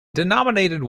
denominated